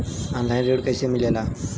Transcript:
Online ऋण कैसे मिले ला?